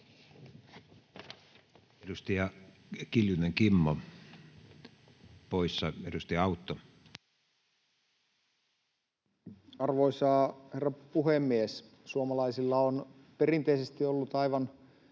Edustaja Kimmo Kiljunen poissa. — Edustaja Autto. Arvoisa herra puhemies! Suomalaisilla on perinteisesti ollut aivan